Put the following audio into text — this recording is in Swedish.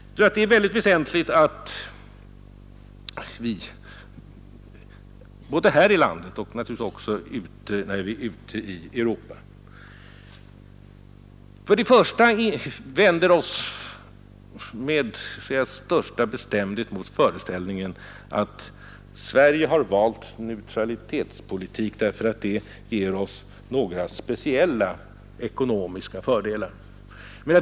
Jag tror att det är väsentligt att vi, både här hemma och naturligtvis också när vi är ute i Europa, först och främst vänder oss med största bestämdhet mot föreställningen att Sverige har valt neutralitetspolitiken därför att den ger oss några speciella ekonomiska fördelar.